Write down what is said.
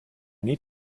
need